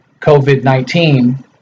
COVID-19